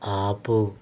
ఆపు